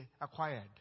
acquired